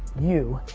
you,